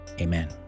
Amen